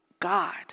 god